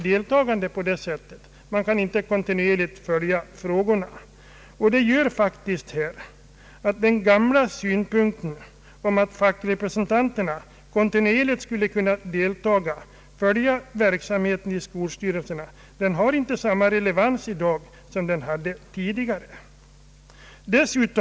Detta medför faktiskt att den gamla synpunk ten om att fackrepresentanterna kontinuerligt skulle kunna deltaga i sammanträdena och följa verksamheten i skolstyrelserna inte har samma relevans som de hade tidigare.